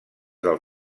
del